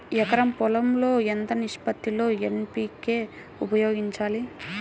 ఎకరం పొలం లో ఎంత నిష్పత్తి లో ఎన్.పీ.కే ఉపయోగించాలి?